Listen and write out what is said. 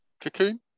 Cocoon